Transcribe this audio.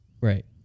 right